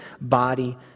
body